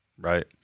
right